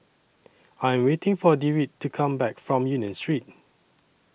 I Am waiting For Dewitt to Come Back from Union Street